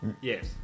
Yes